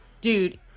dude